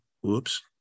whoops